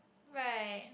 right